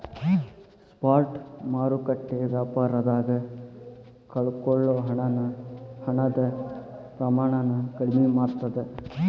spot ಮಾರುಕಟ್ಟೆ ವ್ಯಾಪಾರದಾಗ ಕಳಕೊಳ್ಳೊ ಹಣದ ಪ್ರಮಾಣನ ಕಡ್ಮಿ ಮಾಡ್ತದ